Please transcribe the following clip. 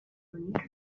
gonitwę